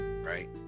right